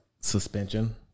suspension